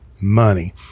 money